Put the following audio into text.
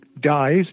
dies